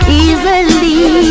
easily